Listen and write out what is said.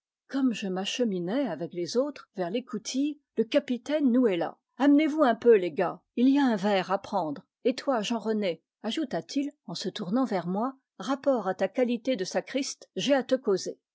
comme je m'acheminais avec les autres vers l'écoutille le capitaine nous héla amenez vous un peu les gars il y a un verre à prendre et toi jean rené ajouta-t-il en se tournant vers moi rapport à ta qualité de sacriste j'ai à te causer